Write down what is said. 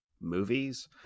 movies